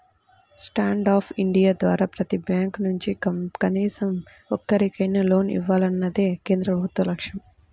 stand up India ద్వారా ప్రతి bank నుంచి కనీసం ఒక్కరికైనా లోన్ ఇవ్వాలన్నదే కేంద్ర ప్రభుత్వ లక్ష్యం